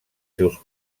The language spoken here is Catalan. seus